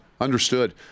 Understood